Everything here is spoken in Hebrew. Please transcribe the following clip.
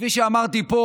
כפי שאמרתי פה